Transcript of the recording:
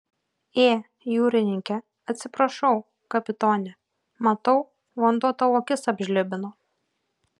ė jūrininke atsiprašau kapitone matau vanduo tau akis apžlibino